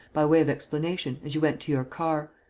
by way of explanation, as you went to your car.